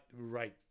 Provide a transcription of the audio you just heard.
right